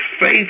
faith